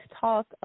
talk